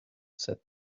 said